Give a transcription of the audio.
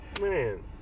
man